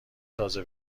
تازه